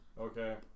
Okay